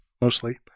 mostly